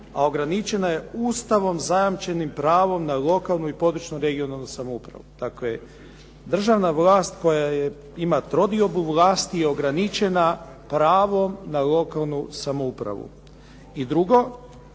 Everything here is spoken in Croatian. a ograničena je Ustavom zajamčenim pravom na lokalnu i područnu (regionalnu) samoupravu. Dakle, državna vlast koja ima trodiobu vlasti je ograničena pravom na lokalnu samoupravu. I drugo,